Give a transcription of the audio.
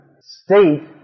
state